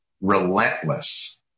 relentless